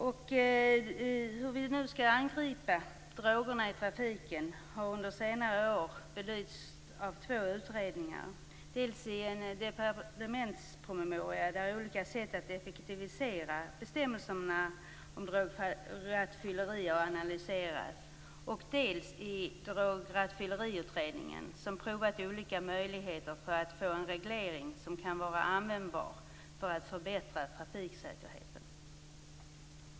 Under senare år har två utredningar belyst hur vi skall angripa drogerna i trafiken. Det är dels en departementspromemoria där olika sätt att effektivisera bestämmelserna om drograttfylleri har analyserats, dels Drograttfylleriutredningen som provat olika möjligheter till en användbar reglering för att förbättra trafiksäkerheten.